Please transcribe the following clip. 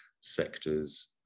sectors